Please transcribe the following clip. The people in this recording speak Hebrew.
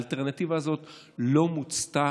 האלטרנטיבה הזאת לא מוצתה,